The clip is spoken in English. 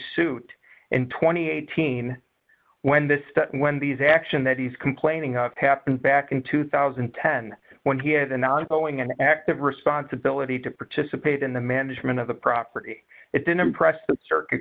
and eighteen when this when these action that he's complaining of happened back in two thousand and ten when he had an ongoing and active responsibility to participate in the management of the property it didn't impress the circuit